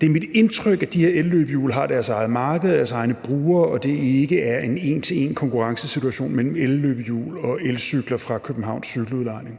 Det er mit indtryk, at de her løbehjul har deres eget marked og deres egne brugere, og at det ikke er en en til en-konkurrencesituation mellem elløbehjul og elcykler fra Københavns Kommunes cykeludlejning.